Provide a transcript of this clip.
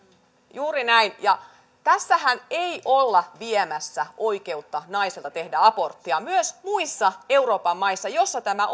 juuri näin tässähän ei olla viemässä oikeutta naisilta tehdä aborttia myös muissa euroopan maissa joissa tämä